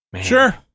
Sure